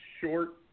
short